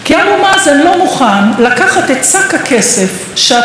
כי אבו מאזן לא מוכן לקחת את שק הכסף שאתה